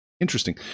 interesting